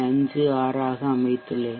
56 ஆக அமைத்துள்ளேன்